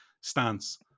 stance